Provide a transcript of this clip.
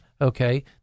Okay